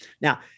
Now